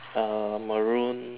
err maroon